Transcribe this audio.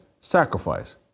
sacrifice